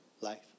life